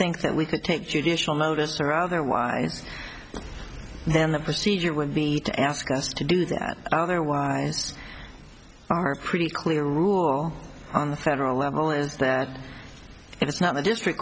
think that we could take judicial notice or otherwise then the procedure would be to ask us to do that otherwise our pretty clear rule on the federal level is that it's not the district